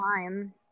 time